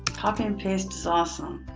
copy and paste is awesome.